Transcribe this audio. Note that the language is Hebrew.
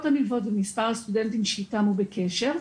הנלוות ומספר הסטודנטים שאיתם הוא בקשר.